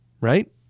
Right